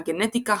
הגנטיקה,